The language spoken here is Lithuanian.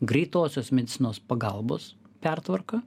greitosios medicinos pagalbos pertvarka